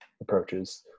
approaches